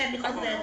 כי אני חוזר בי.